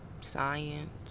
science